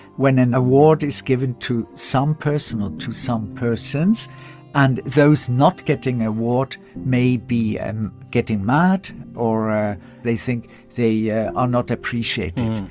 when an award is given to some person or to some persons and those not getting the award may be and getting mad or they think they yeah are not appreciated,